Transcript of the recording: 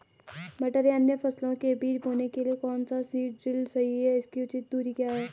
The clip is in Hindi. मटर या अन्य फसलों के बीज बोने के लिए कौन सा सीड ड्रील सही है इसकी उचित दूरी क्या है?